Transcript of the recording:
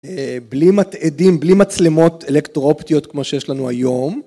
בלי מתעדים, בלי מצלמות אלקטרואופטיות כמו שיש לנו היום.